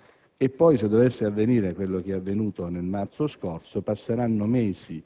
posto. Se dovesse poi avvenire quanto è avvenuto nel marzo 2005, passeranno mesi